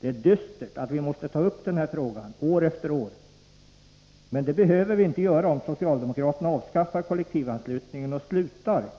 Det är dystert att vi måste ta upp den här frågan år efter år. Men det behöver vi inte göra om socialdemokraterna avskaffar kollektivanslutningen och slutar med